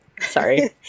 Sorry